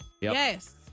yes